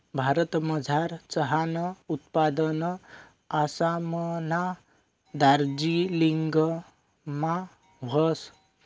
भारतमझार चहानं उत्पादन आसामना दार्जिलिंगमा व्हस